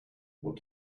what